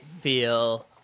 feel